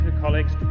colleagues